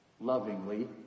lovingly